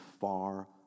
far